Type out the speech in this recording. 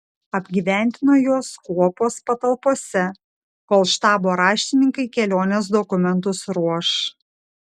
apgyvendino juos kuopos patalpose kol štabo raštininkai kelionės dokumentus ruoš